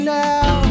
now